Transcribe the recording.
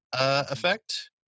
effect